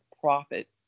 profit